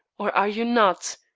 or are you not?